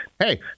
Hey